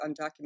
undocumented